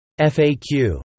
FAQ